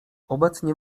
obecnie